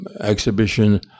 exhibition